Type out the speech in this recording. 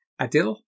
Adil